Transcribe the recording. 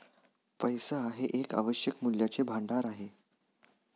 पैसा हे एक आवश्यक मूल्याचे भांडार आहे